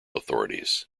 authorities